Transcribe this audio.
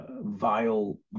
vile